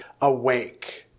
awake